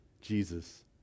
Jesus